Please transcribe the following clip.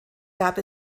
gab